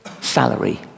salary